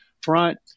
front